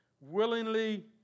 willingly